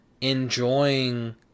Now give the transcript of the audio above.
enjoying